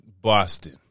Boston